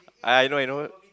ah I know I know